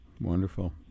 wonderful